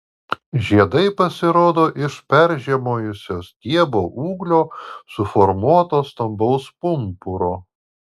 žiedai pasirodo iš peržiemojusio stiebo ūglio suformuoto stambaus pumpuro